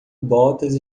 botas